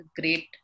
great